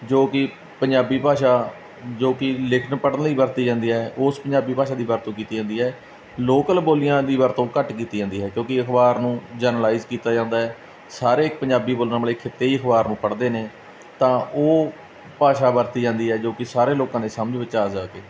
ਜੋ ਕਿ ਪੰਜਾਬੀ ਭਾਸ਼ਾ ਜੋ ਕਿ ਲਿਖਣ ਪੜ੍ਹਨ ਲਈ ਵਰਤੀ ਜਾਂਦੀ ਹੈ ਉਸ ਪੰਜਾਬੀ ਭਾਸ਼ਾ ਦੀ ਵਰਤੋਂ ਕੀਤੀ ਜਾਂਦੀ ਹੈ ਲੋਕਲ ਬੋਲੀਆਂ ਦੀ ਵਰਤੋਂ ਘੱਟ ਕੀਤੀ ਜਾਂਦੀ ਹੈ ਕਿਉਂਕਿ ਅਖ਼ਬਾਰ ਨੂੰ ਜਰਨਾਲਾਇਜ ਕੀਤਾ ਜਾਂਦਾ ਹੈ ਸਾਰੇ ਪੰਜਾਬੀ ਬੋਲਣ ਵਾਲੇ ਖਿੱਤੇ ਹੀ ਅਖ਼ਬਾਰ ਨੂੰ ਪੜ੍ਹਦੇ ਨੇ ਤਾਂ ਉਹ ਭਾਸ਼ਾ ਵਰਤੀ ਜਾਂਦੀ ਹੈ ਜੋ ਕਿ ਸਾਰੇ ਲੋਕਾਂ ਦੇ ਸਮਝ ਵਿੱਚ ਆ ਜਾਵੇ